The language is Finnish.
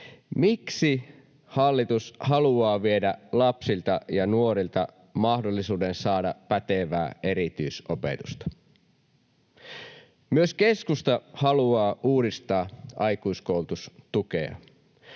Miksi hallitus haluaa viedä lapsilta ja nuorilta mahdollisuuden saada pätevää erityisopetusta? Myös keskusta haluaa uudistaa aikuiskoulutustukea,